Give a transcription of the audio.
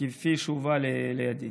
כפי שהובאה לידי: